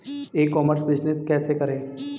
ई commerce business कैसे करें?